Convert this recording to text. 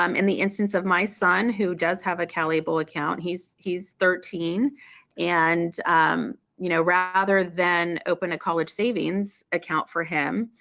um in the instance of my son, who does have a calable account, he's he's thirteen and you know rather than open a college savings account for him,